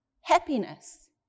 happiness